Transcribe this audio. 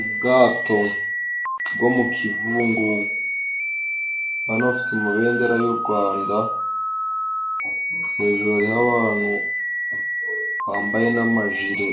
Ubwato bwo mu kizungu, ndabona bufite amabendera y'u Rwanda. Hejuru hariho abantu bambaye n'amajire